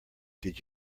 did